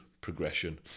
progression